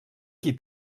qui